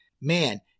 Man